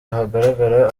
hagaragara